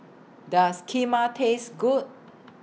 Does Kheema Taste Good